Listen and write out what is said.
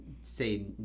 say